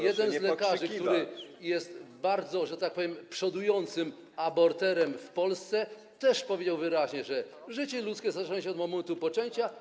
jeden z lekarzy, który jest bardzo, że tak powiem, przodującym aborterem w Polsce, też powiedział wyraźnie, że życie ludzkie zaczyna się od momentu poczęcia.